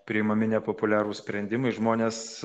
priimami nepopuliarūs sprendimai žmonės